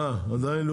אה, עדיין?